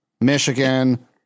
Michigan